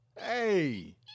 Hey